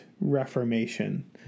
Reformation